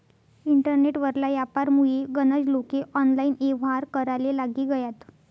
internet वरला यापारमुये गनज लोके ऑनलाईन येव्हार कराले लागी गयात